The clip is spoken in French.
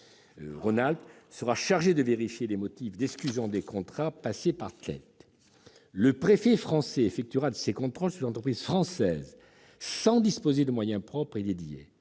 dit -, sera chargée de vérifier les motifs d'exclusion des contrats passés par TELT. Le préfet français effectuera ces contrôles sur les entreprises françaises sans disposer de moyens propres dédiés.